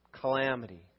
Calamity